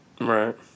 Right